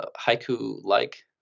haiku-like